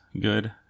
good